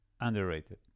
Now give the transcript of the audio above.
underrated